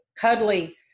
cuddly